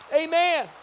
Amen